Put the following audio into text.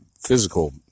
physical